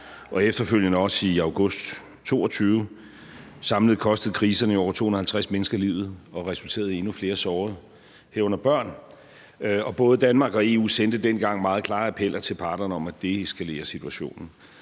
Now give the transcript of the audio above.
og efterfølgende også i august 2022. Samlet kostede kriserne jo over 250 mennesker livet og resulterede i endnu flere sårede, herunder børn. Og både Danmark og EU sendte dengang meget klare appeller til parterne om at deeskalere situationen.